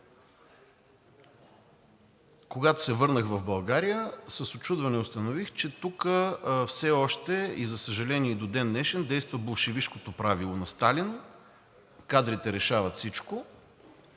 Когато се върнах в България, с учудване установих, че тук все още, и за съжаление, и до ден днешен действа болшевишкото правило на Сталин: кадрите решават всичко,